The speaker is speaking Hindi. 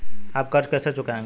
आप कर्ज कैसे चुकाएंगे?